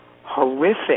horrific